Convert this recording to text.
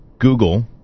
Google